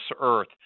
earth